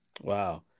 Wow